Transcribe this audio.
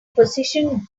position